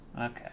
Okay